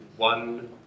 one